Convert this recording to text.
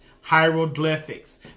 hieroglyphics